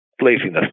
laziness